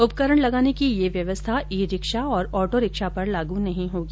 उपकरण लगाने की यह व्यवस्था ई रिक्शा तथा ऑटो रिक्शा पर लागू नहीं होगी